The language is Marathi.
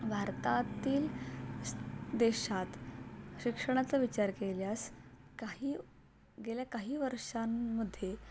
भारतातील देशात शिक्षणाचा विचार केल्यास काही गेल्या काही वर्षांमध्ये